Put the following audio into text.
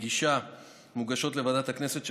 מגישה מוגשות לוועדת הכנסת,